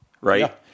right